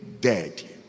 dead